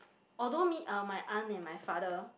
although me uh my aunt and my father